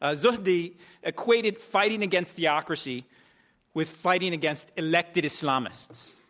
ah zuhdi equated fighting against theocracy with fighting against elected islamists.